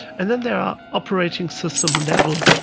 and then there are operating system level